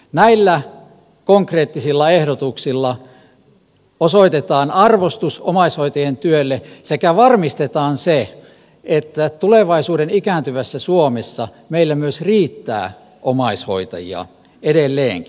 näillä konkreettisilla ehdotuksilla osoitetaan arvostus omaishoitajien työlle sekä varmistetaan se että tulevaisuuden ikääntyvässä suomessa meillä myös riittää omaishoitajia edelleenkin